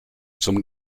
zum